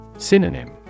Synonym